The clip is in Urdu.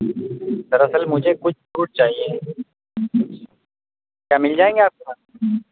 دراصل مجھے کچھ فروٹ چاہئیں کیا مل جائیں گے آپ کے پاس